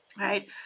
right